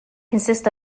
consists